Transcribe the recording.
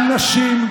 גם נשים,